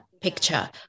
picture